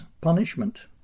punishment